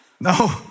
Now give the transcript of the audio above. No